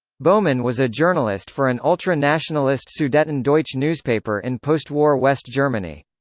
bohmann was a journalist for an ultra-nationalist sudeten-deutsch newspaper in post-war west germany.